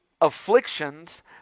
afflictions